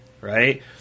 right